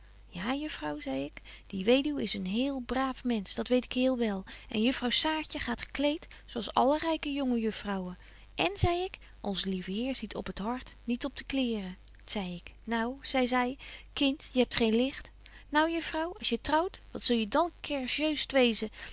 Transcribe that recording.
ja juffrouw zei ik die weduw is een heel braaf mensch dat weet ik heel wel en juffrouw saartje gaat gekleed zo als alle ryke jonge juffrouwen en zei ik onze lieve heer ziet op het hart niet op de kleeren zei ik nou zei zy kind je hebt geen licht nou juffrouw als je trouwt wat zul je dan kerjeust wezen